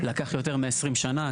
לקח יותר מ-20 שנה.